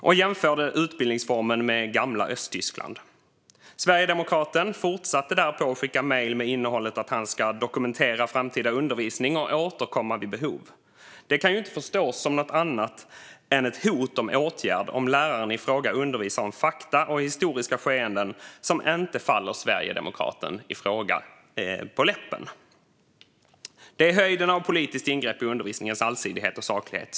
Han jämförde utbildningsformen med gamla Östtyskland. Sverigedemokraten fortsatte därpå skicka mejl med innehållet att han ska dokumentera framtida undervisning och återkomma vid behov. Det kan inte förstås som något annat än ett hot om åtgärd om läraren i fråga undervisar om fakta och historiska skeenden som inte faller sverigedemokraten i fråga på läppen. Detta är höjden av politiskt ingrepp i undervisningens allsidighet och saklighet.